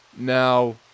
Now